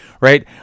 right